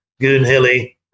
Goonhilly